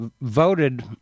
voted